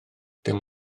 dim